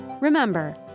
remember